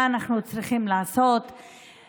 מה אנחנו צריכים לעשות,